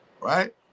Right